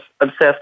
obsessed